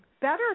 better